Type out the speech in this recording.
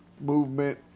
movement